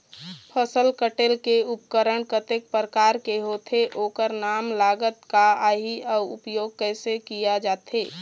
फसल कटेल के उपकरण कतेक प्रकार के होथे ओकर नाम लागत का आही अउ उपयोग कैसे किया जाथे?